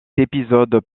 épisodes